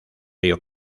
río